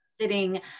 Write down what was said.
sitting